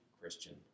Christian